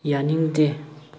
ꯌꯥꯅꯤꯡꯗꯦ